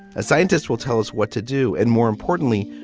a scientists will tell us what to do and more importantly,